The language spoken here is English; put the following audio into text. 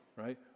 right